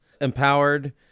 empowered